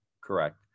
Correct